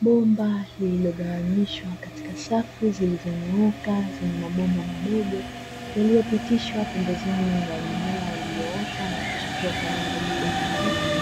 Bomba lililogawanyishwa katika safu zilizonyooka zenye mabomba madogo, yaliyopitishwa pembezoni mwa mimea iliyoota na kuchipua kwa rangi ya kijani kibichi.